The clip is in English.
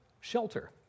shelter